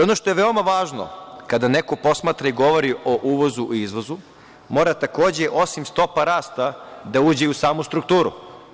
Ono što je veoma važno kada neko posmatra i govori o uvozu i izvozu, mora takođe, osim stopa rasta da uđe i u samu strukturu.